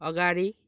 अगाडि